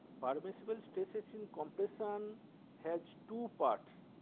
permisible stress in compression has two parts